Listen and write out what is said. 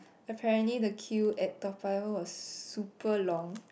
apparently the queue at Toa-Payoh was super long